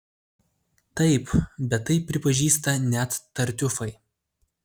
taip bet tai pripažįsta net tartiufai